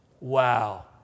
Wow